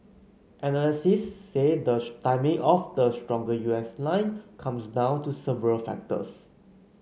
analysts say the timing of the stronger U S line comes down to several factors